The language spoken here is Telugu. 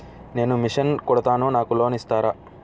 నేను మిషన్ కుడతాను నాకు లోన్ ఇస్తారా?